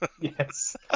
Yes